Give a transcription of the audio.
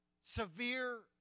severe